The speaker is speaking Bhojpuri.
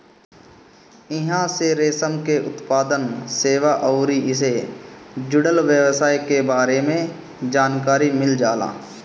इहां से रेशम के उत्पादन, सेवा अउरी एसे जुड़ल व्यवसाय के बारे में जानकारी मिल जाला